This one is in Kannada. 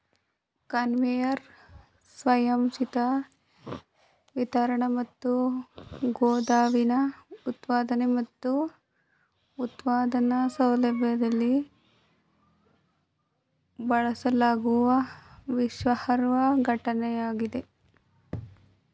ಕನ್ವೇಯರ್ ಸ್ವಯಂಚಾಲಿತ ವಿತರಣೆ ಮತ್ತು ಗೋದಾಮಿನ ಉತ್ಪಾದನೆ ಮತ್ತು ಉತ್ಪಾದನಾ ಸೌಲಭ್ಯದಲ್ಲಿ ಬಳಸಲಾಗುವ ವಿಶ್ವಾಸಾರ್ಹ ಘಟಕವಾಗಿದೆ